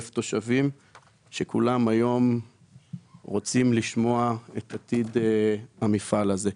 תושבים שכולם היום רוצים לשמוע את עתיד המפעל הזה.